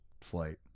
Flight